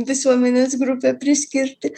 visuomenės grupę priskirti